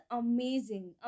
amazing